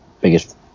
biggest